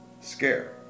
scare